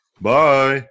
Bye